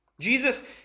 Jesus